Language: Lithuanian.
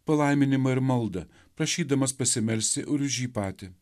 palaiminimą ir maldą prašydamas pasimelsti ir už jį patį